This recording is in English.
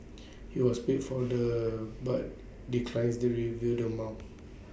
he was paid for the but declines to reveal the amount